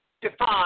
define